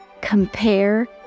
compare